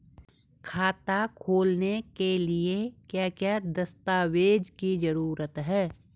खाता खोलने के लिए क्या क्या दस्तावेज़ की जरूरत है?